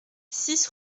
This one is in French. six